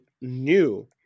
new